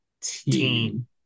team